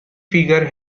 figure